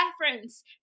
reference